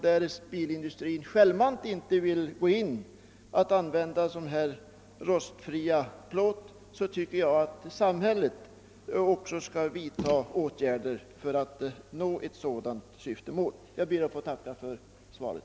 Därest bilindustrin inte självmant vill gå in för att använda sådan rostfri plåt tycker jag att samhället skall vidtaga åtgärder i det syfte jag pläderat för. Jag tackar än en gång för svaret.